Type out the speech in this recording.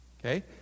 Okay